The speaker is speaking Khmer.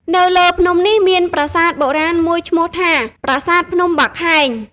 នៅលើភ្នំនេះមានប្រាសាទបុរាណមួយឈ្មោះថា "ប្រាសាទភ្នំបាខែង” ។